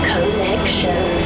Connection